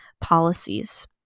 policies